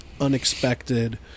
unexpected